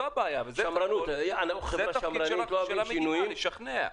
זו הבעיה, וזה התפקיד של המדינה, לשכנע.